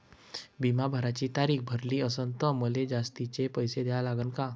बिमा भराची तारीख भरली असनं त मले जास्तचे पैसे द्या लागन का?